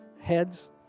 heads